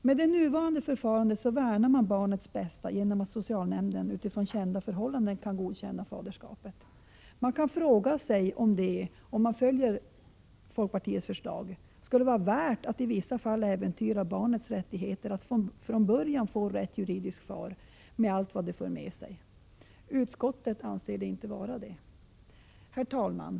Med det nuvarande förfarandet värnar man barnets bästa genom att socialnämnden utifrån kända förhållanden kan godkänna faderskapet. Man kan fråga sig om det, med folkpartiets förslag, skulle vara värt att i vissa fall äventyra barnets rättigheter att från början få rätt juridisk far, med allt vad det för med sig. Utskottet anser inte det. Herr talman!